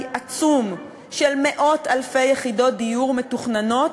עצום של מאות אלפי יחידות דיור מתוכננות,